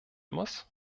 muss